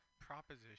proposition